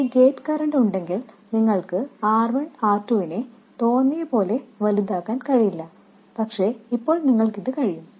ഒരു gate current ഉണ്ടെങ്കിൽ നിങ്ങൾക്ക് R1 R2 നെ ഇഷ്ടമുള്ളതുപോലെ വലുതാക്കാൻ കഴിയില്ല പക്ഷേ ഇപ്പോൾ നിങ്ങൾക്ക് കഴിയും